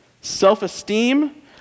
self-esteem